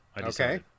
Okay